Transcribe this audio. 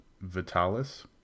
Vitalis